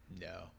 no